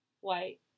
white